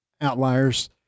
outliers